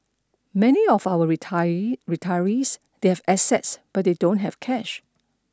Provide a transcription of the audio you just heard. many of our retirees they have assets but they don't have cash